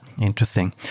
interesting